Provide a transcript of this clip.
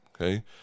okay